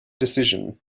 decision